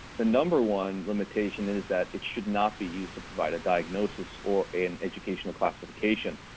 ah number one limitation is that it should not be used to provide a diagnosis or an educational classification.